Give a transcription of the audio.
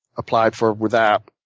applied for with um